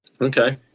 Okay